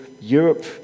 Europe